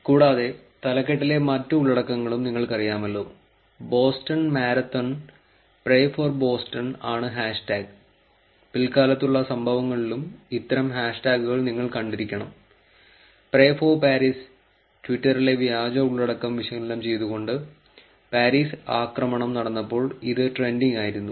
കൂടാതെ തലക്കെട്ടിലെ മറ്റു ഉള്ളടക്കങ്ങളും നിങ്ങൾക്കറിയാമല്ലൊ Boston marathon pray for Boston ആണ് ഹാഷ്ടാഗ് പിൽക്കാലത്തുള്ള സംഭവങ്ങളിലും ഇത്തരം ഹാഷ്ടാഗുകൾ നിങ്ങൾ കണ്ടിരിക്കണം പ്രേ ഫോർ പാരീസ് ട്വിറ്ററിലെ വ്യാജ ഉള്ളടക്കം വിശകലനം ചെയ്തുകൊണ്ട് പാരീസ് ആക്രമണം നടന്നപ്പോൾ ഇത് ട്രെൻഡിംഗ് ആയിരുന്നു